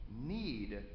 need